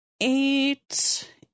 Eight